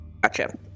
Gotcha